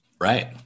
Right